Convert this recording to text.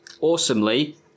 awesomely